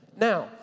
Now